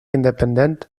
independent